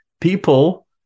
people